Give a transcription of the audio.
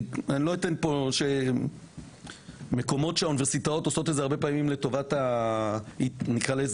יש מקומות שהאוניברסיטאות עושות הרבה פעמים לטובת --- עד